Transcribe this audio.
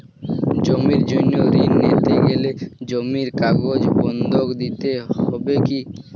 জমির জন্য ঋন নিতে গেলে জমির কাগজ বন্ধক দিতে হবে কি?